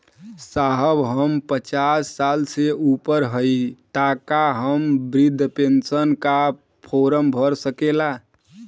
साहब हम पचास साल से ऊपर हई ताका हम बृध पेंसन का फोरम भर सकेला?